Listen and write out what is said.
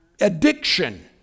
addiction